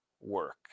work